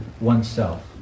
oneself